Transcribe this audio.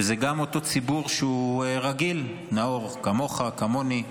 וגם אותו ציבור שהוא רגיל, נאור, כמוך, כמוני,